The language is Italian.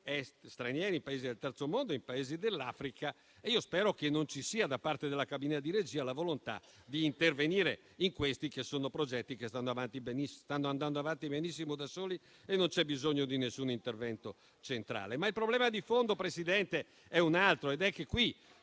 Paesi stranieri, in Paesi del Terzo mondo, in Paesi dell'Africa. E io spero che non ci sia, da parte della cabina di regia, la volontà di intervenire in questi che sono progetti che stanno andando avanti benissimo da soli e non c'è bisogno dell'intervento centrale. Ma il problema di fondo, signor Presidente, è un altro: qui